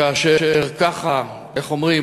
כאשר ככה, איך אומרים?